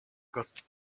got